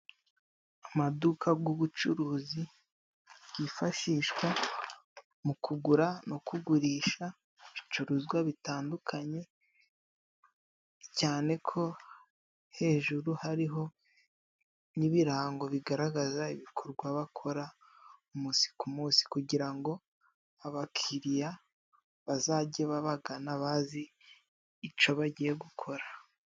Amaduka g' ubucuruzi gifashishwa mu kugura no kugurisha ibicuruzwa bitandukanye cyane ko hejuru hariho n'ibirango bigaragaza ibikorwa bakora umunsi ku munsi kugira ngo abakiriya bazajye babagana bazi ico bagiye gukora.